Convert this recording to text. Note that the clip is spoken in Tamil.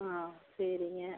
ஆ சரிங்க